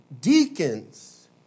deacons